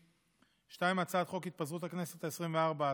2. הצעת חוק התפזרות הכנסת העשרים-וארבע,